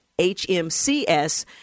HMCS